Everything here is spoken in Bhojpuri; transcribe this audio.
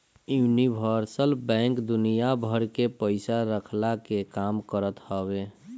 यूनिवर्सल बैंक दुनिया भर के पईसा रखला के काम करत हवे